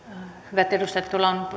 hyvät edustajat